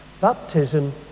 baptism